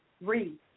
read